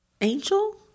Angel